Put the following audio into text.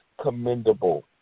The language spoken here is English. commendable